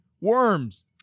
Worms